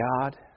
God